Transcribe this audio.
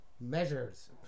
measures